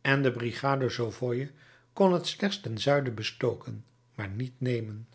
en de brigade soye kon het slechts ten zuiden bestoken maar niet nemen